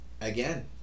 again